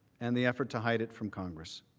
and the effort to hide it from congress.